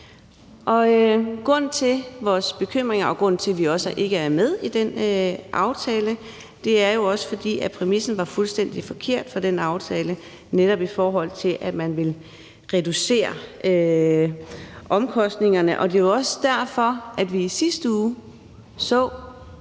Grunden til vores bekymringer, og grunden til, at vi ikke er med i den aftale, er, at præmissen for den aftale var fuldstændig forkert, netop i forhold til at man ville reducere omkostningerne. Det er jo også derfor, vi i sidste uge så